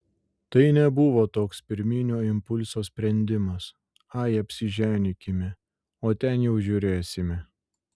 tai nebuvo toks pirminio impulso sprendimas ai apsiženykime o ten jau žiūrėsime